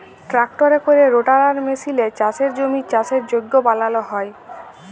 ট্রাক্টরে ক্যরে রোটাটার মেসিলে চাষের জমির চাষের যগ্য বালাল হ্যয়